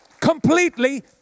Completely